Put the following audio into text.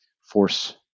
force